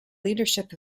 leadership